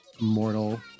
mortal